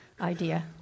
idea